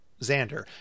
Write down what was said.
xander